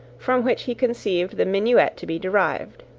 from which he conceived the minuet to be derived.